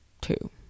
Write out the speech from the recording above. two